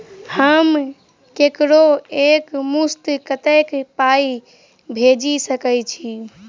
हम ककरो एक मुस्त कत्तेक पाई भेजि सकय छी?